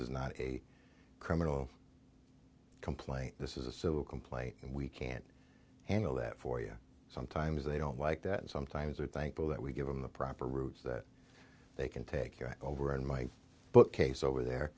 is not a criminal complaint this is a civil complaint and we can't handle that for you sometimes they don't like that and sometimes are thankful that we give them the proper routes that they can take over in my book case over there